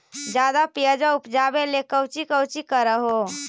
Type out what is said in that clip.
ज्यादा प्यजबा उपजाबे ले कौची कौची कर हो?